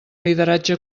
lideratge